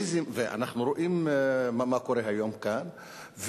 ואנחנו רואים מה קורה כאן היום,